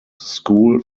school